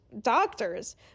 doctors